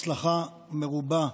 הצלחה מרובה.